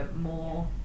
more